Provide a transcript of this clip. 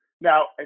Now